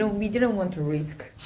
ah we didn't want to risk